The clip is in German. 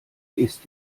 ist